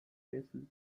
typefaces